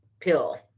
pill